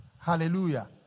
Hallelujah